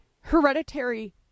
Hereditary